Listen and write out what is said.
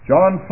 John